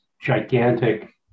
gigantic